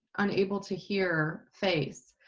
unable to hear, face.